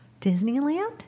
Disneyland